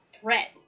threat